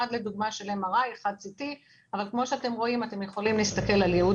אחד לדוגמה של MRI ואחד CT. כמו שאתם רואים אפשר להסתכל על ייעוד